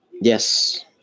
Yes